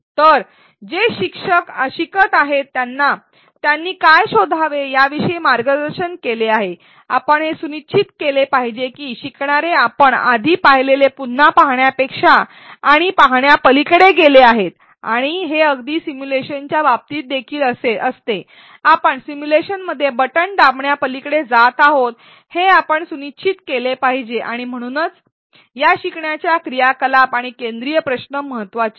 तर जे शिकत आहेत त्यांना त्यांनी काय शोधावे याविषयी मार्गदर्शन केले आहे आपण हे सुनिश्चित केले पाहिजे की शिकणारे आपण आधी पाहिलेले पुन्हा पाहण्यापेक्षा आणि पाहण्यापलीकडे गेले आहेत आणि हे अगदी सिमुलेशनच्या बाबतीत देखील असते शिकणारे सिमुलेशनमध्ये बटण दाबण्यापलीकडे जात आहोत हे आपण सुनिश्चित केले पाहिजे आणि म्हणूनच या शिकण्याच्या क्रियाकलाप आणि केंद्रित प्रश्न महत्वाचे आहेत